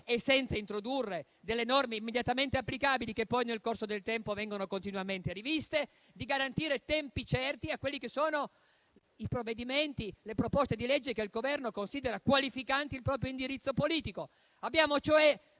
e senza introdurre delle norme immediatamente applicabili che poi nel corso del tempo vengono continuamente riviste, di garantire tempi certi alle proposte di legge che il Governo considera qualificanti il proprio indirizzo politico. Abbiamo cioè